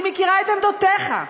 אני מכירה את עמדותיך,